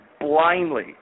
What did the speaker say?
blindly